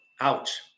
ouch